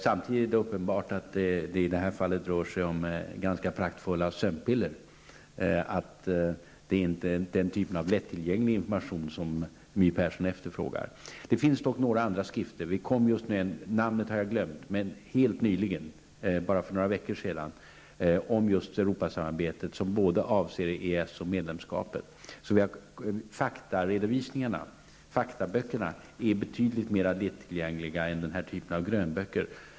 Samtidigt är det uppenbart att det i detta fall rör sig om ganska praktfulla sömnpiller, att det inte är den typ av lättillgänglig information som My Persson efterfrågar. Det finns dock några andra skrifter. Vi gav för några veckor sedan ut en, som jag har glömt namnet på, om Europasamarbetet. Den avser både EES-avtalet och ett EG-medlemskap. Faktaböckerna är alltså betydligt mer lättillgängliga än denna typ av grönböcker.